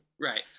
Right